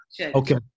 okay